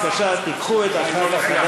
מברך את חבר הכנסת